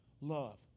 Love